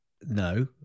no